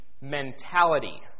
mentality